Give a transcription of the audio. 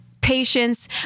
patience